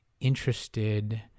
interested